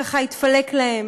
ככה התפלק להם.